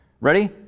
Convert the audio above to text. Ready